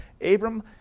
Abram